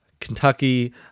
Kentucky